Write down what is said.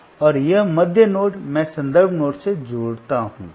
और यह मध्य नोड मैं संदर्भ नोड से जुड़ता हूं